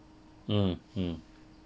mm mm